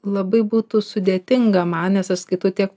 labai būtų sudėtinga man nes aš skaitau tiek